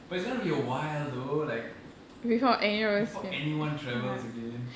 but it's going to be a while though like before anyone travels again